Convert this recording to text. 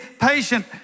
patient